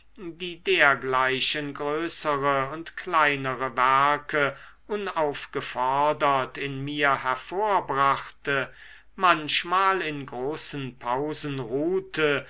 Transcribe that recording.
die dergleichen größere und kleinere werke unaufgefordert in mir hervorbrachte manchmal in großen pausen ruhte